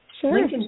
sure